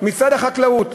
משרד החקלאות,